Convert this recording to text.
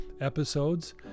episodes